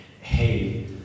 hey